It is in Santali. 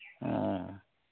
ᱦᱮᱸ